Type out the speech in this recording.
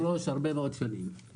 הרבה מאוד שנים,